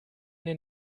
den